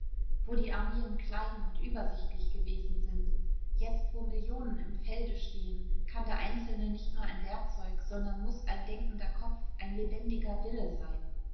wo die armeen klein und übersichtlich gewesen sind jetzt wo millionen im felde stehen kann der einzelne nicht nur ein werkzeug sondern muß ein denkender kopf ein lebendiger wille sein